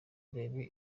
urebe